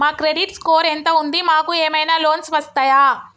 మా credit score ఎంత ఉంది? మాకు ఏమైనా లోన్స్ వస్తయా?